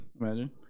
Imagine